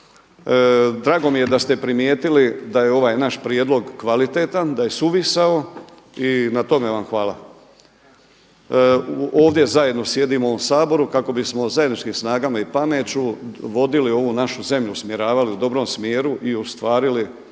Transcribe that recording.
drago mi je da ste primijetili da je ovaj naš prijedlog kvalitetan da je suvisao i na tome vam hvala. Ovdje zajedno sjedimo u ovom Saboru kako bismo zajedničkim snagama i pameću vodili ovu našu zemlju, usmjeravali u dobrom smjeru i ostvarili